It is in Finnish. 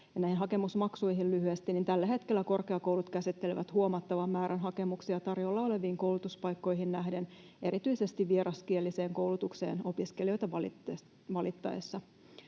Tällä hetkellä korkeakoulut käsittelevät huomattavan määrän hakemuksia tarjolla oleviin koulutuspaikkoihin nähden erityisesti vieraskieliseen koulutukseen opiskelijoita valittaessa.